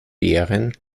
bären